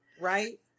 right